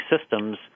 systems